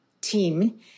team